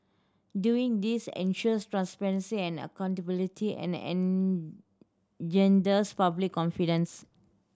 doing this ensures transparency and accountability and engenders public confidence